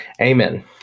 Amen